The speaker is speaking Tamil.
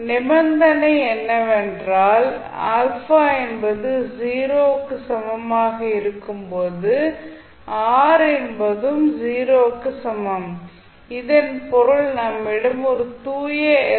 நிபந்தனை என்னெவென்றால் α என்பது 0 க்கு சமமாக இருக்கும்போது R என்பது 0 க்கு சமம் இதன் பொருள் நம்மிடம் ஒரு தூய எல்